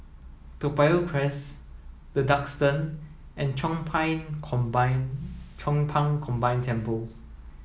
Toa Payoh Crest The Duxton and Chong Pang Combine Chong Pang Combine Temple